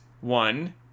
one